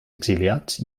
exiliats